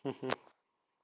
mmhmm